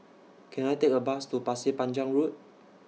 Can I Take A Bus to Pasir Panjang Road